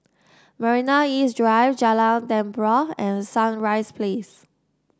Marina East Drive Jalan Tempua and Sunrise Place